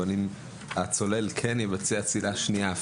אם הצולל כן יבצע צלילה שנייה,